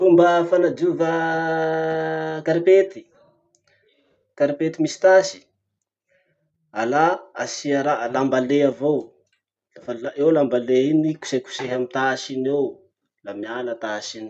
Fomba fanadiova karipety, karipety misy tasy: alà asia raha, lamba le avao, lafa- eo lamba le iny, kosekosehy amy tasy iny eo, la miala tasy iny.